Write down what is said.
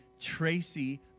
Tracy